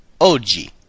oggi